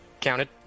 Counted